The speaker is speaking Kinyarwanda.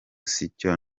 sicyo